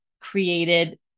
created